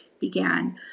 began